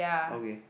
okay